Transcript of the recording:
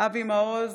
אבי מעוז,